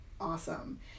awesome